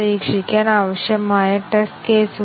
പക്ഷേ ഇവിടെ നോക്കൂ